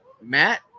Matt